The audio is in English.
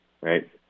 right